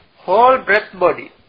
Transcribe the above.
whole-breath-body